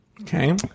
Okay